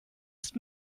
ist